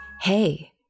hey